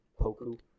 Poku